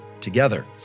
together